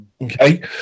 Okay